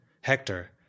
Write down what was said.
Hector